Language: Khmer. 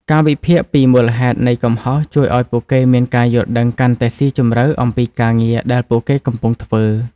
ការវិភាគពីមូលហេតុនៃកំហុសជួយឲ្យពួកគេមានការយល់ដឹងកាន់តែស៊ីជម្រៅអំពីការងារដែលពួកគេកំពុងធ្វើ។